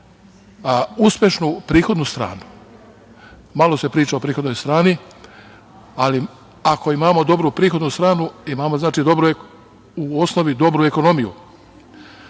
uspešnu prihodnu stranu. Malo se priča o prihodnoj strani, ali ako imamo dobru prihodnu stranu, imamo u osnovi dobru ekonomiju,